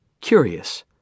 Curious